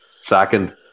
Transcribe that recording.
Second